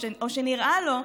או שנראה לו,